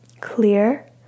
Clear